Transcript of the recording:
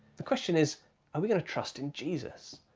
the question is, are we going to trust in jesus?